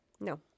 No